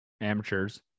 amateurs